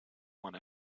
one